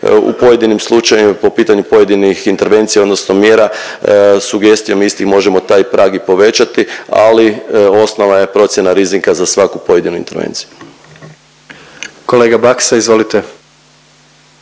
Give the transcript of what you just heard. u pojedinim slučajevima po pitanju pojedinih intervencija odnosno mjera sugestijom isti možemo taj prag i povećati ali osnova je procjena rizika za svaku pojedinu intervenciju. **Jandroković,